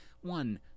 one